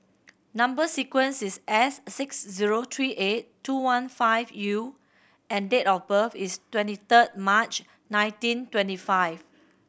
number sequence is S six zero three eight two one five U and date of birth is twenty third March nineteen twenty five